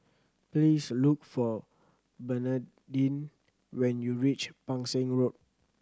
please look for Bernadine when you reach Pang Seng Road